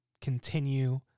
continue